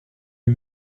eut